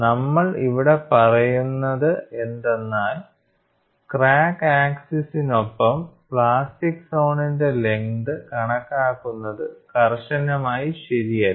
നമ്മൾ ഇവിടെ പറയുന്നത് എന്തെന്നാൽ ക്രാക്ക് ആക്സിസ്നൊപ്പം പ്ലാസ്റ്റിക് സോണിന്റെ ലെങ്ത് കണക്കാക്കുന്നത് കർശനമായി ശരിയല്ല